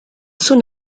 son